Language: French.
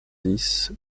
dix